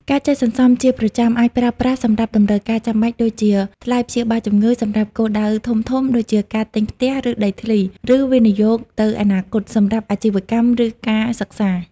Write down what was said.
ការចេះសន្សំជាប្រចាំ អាចប្រើប្រាស់សម្រាប់តម្រូវការចាំបាច់ ដូចជាថ្លៃព្យាបាលជំងឺសម្រាប់គោលដៅធំៗដូចជាការទិញផ្ទះ ឬដីធ្លី ឬវិនិយោគទៅអនាគត សម្រាប់អាជីវកម្ម ឬការសិក្សា។